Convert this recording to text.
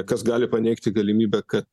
kas gali paneigti galimybę ka